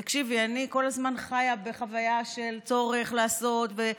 תקשיבי, אני כל הזמן חיה בחוויה של צורך לעשות.